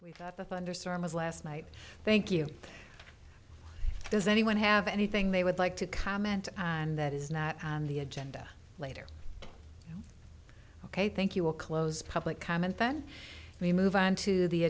we've got the thunderstorms last night thank you does anyone have anything they would like to comment and that is not on the agenda later ok thank you will close public comment then we move on to the